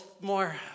more